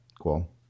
Cool